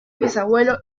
bisabuelo